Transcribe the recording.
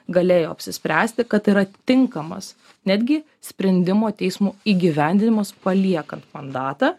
galėjo apsispręsti kad yra tinkamas netgi sprendimo teismų įgyvendinimas paliekant mandatą